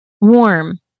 warm